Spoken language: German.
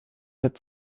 wird